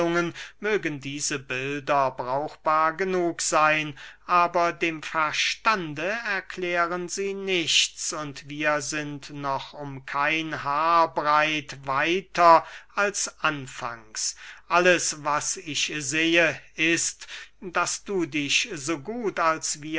mögen diese bilder brauchbar genug seyn aber dem verstande erklären sie nichts und wir sind noch um kein haar breit weiter als anfangs alles was ich sehe ist daß du dich so gut als